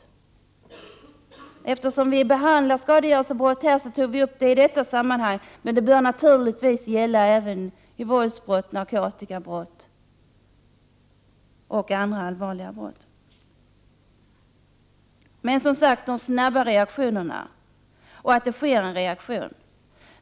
Det är i samband med att skadegörelsebrotten behandlas som vi har tagit upp frågan om åtalsunderlåtelse inte bör ske, men detta gäller naturligtvis även vid våldsbrott, narkotikabrott och andra allvarliga brott. Det är viktigt att reaktionen blir snabb och att det sker en reaktion.